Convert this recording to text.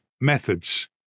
methods